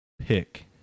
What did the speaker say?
pick